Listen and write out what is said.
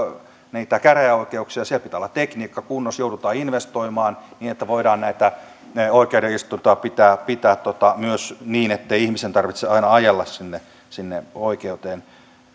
käräjäoikeuksia siellä pitää tekniikan olla kunnossa joudutaan investoimaan niin että voidaan näitä oikeuden istuntoja pitää pitää myös niin ettei ihmisen tarvitse aina ajella sinne sinne oikeuteen